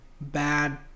bad